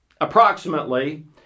approximately